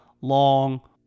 long